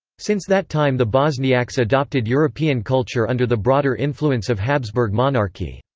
since that time the bosniaks adopted european culture under the broader influence of habsburg monarchy.